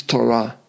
Torah